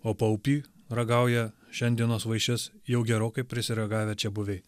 o paupy ragauja šiandienos vaišes jau gerokai prisiragavę čiabuviai